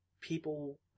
people